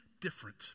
different